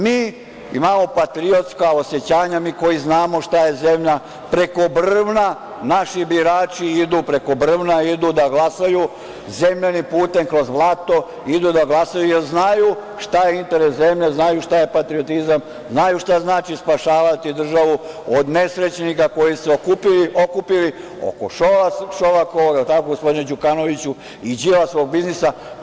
Mi imamo patriotska osećanja, mi koji znamo šta je zemlja, preko brvna, naši birači idu preko brvna da glasaju, zemljanim putem kroz blato, idu da glasaju jer znaju šta je interes zemlje, znaju šta je patriotizam, znaju šta znači spašavati državu od nesrećnika koji su se okupili oko Šolakovog, je li tako, gospodine Đukanoviću, i Đilasovog biznisa.